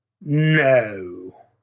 No